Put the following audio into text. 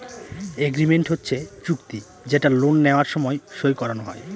agreement হচ্ছে চুক্তি যেটা লোন নেওয়ার সময় সই করানো হয়